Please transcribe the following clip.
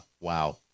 wow